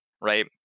right